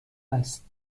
است